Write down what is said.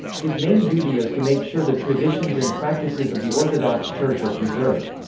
his main duty is to make sure the traditions and practices of the orthodox church are preserved.